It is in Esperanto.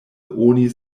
oni